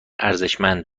ارزشمند